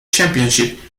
championship